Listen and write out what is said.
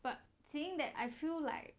but seeing that I feel like